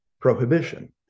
prohibition